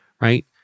Right